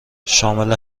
شامل